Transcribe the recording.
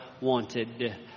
wanted